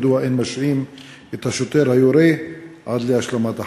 3. מדוע אין משעים את השוטר היורה עד להשלמת החקירה?